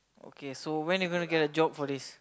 okay so when are you going to get a job for this